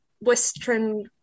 Western